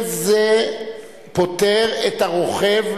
אין דבר כזה.